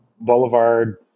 Boulevard